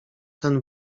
ten